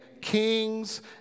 kings